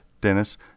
Dennis